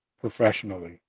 professionally